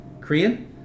Korean